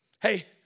Hey